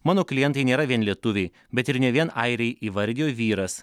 mano klientai nėra vien lietuviai bet ir ne vien airiai įvardijo vyras